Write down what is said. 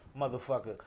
motherfucker